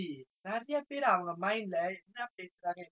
தெரியமாடிக்குது:theriyamaatikuthu so I want to know I will like